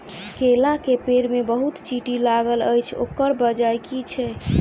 केला केँ पेड़ मे बहुत चींटी लागल अछि, ओकर बजय की छै?